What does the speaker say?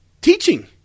teaching